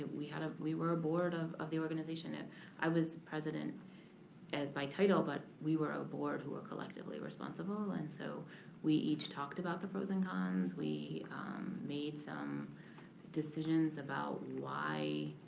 we kind of we were a board of of the organization that i was president by title, but we were a board who were collectively responsible, and so we each talked about the pros and cons. we made some decisions about why,